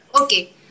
Okay